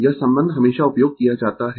यह संबंध हमेशा उपयोग किया जाता है